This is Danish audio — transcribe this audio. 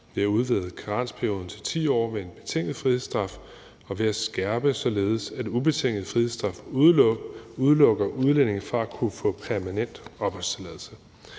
ved at udvide karensperioden til 10 år ved en betinget frihedsstraf og ved at skærpe det, så ubetinget frihedsstraf udelukker udlændinge fra at kunne få permanent opholdstilladelse.